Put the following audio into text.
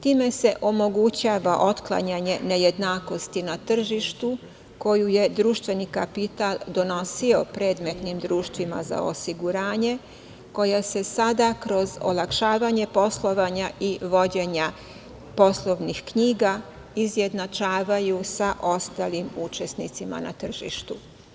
Time se omogućava otklanjanje nejednakosti na tržištu koju je društveni kapital donosio predmetnim društvima za osiguranje koja se sada kroz olakšavanje poslovanja i vođenja poslovnih knjiga izjednačavaju sa ostalim učesnicima na tržištu.